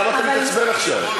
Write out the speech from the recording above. למה אתה מתעצבן עכשיו?